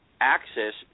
access